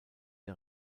der